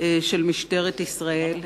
של משטרת ישראל.